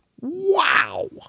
Wow